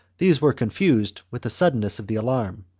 these were confused with the suddenness of the alarm,